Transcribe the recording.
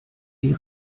die